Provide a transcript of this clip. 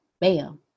Bam